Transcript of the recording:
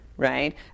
Right